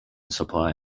supply